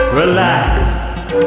relaxed